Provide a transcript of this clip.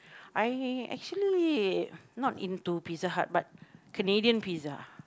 I actually not into Pizza-Hut but Canadian Pizza